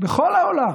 בכל העולם